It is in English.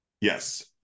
yes